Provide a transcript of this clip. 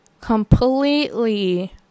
completely